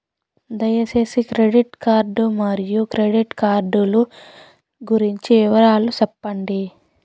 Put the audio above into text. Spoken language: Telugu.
దయసేసి క్రెడిట్ కార్డు మరియు క్రెడిట్ కార్డు లు గురించి వివరాలు సెప్పండి?